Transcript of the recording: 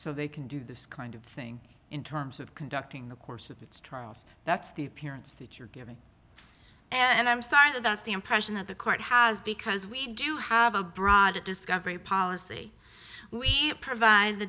so they can do this kind of thing in terms of conducting the course of its trials that's the appearance that you're giving and i'm sorry that's the impression that the court has because we do have a broad discovery policy we provide the